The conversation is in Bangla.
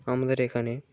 আমাদের এখানে